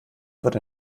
wird